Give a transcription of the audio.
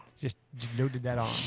just loaded that on.